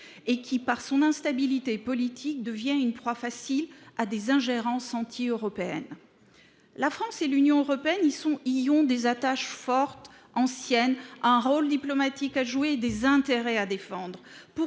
ci, par son instabilité politique, devient une proie facile pour des ingérences anti européennes. La France et l’Union européenne y ont des attaches fortes et anciennes, un rôle diplomatique à jouer et des intérêts à défendre.